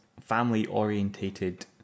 family-orientated